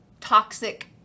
toxic